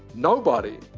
nobody,